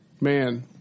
Man